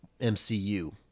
MCU